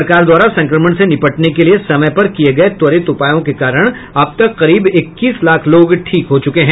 सरकार द्वारा संक्रमण से निपटने के लिए समय पर किये गये त्वरित उपायों के कारण अब तक करीब इक्कीस लाख लोग ठीक हो चुके हैं